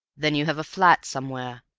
then you have a flat somewhere?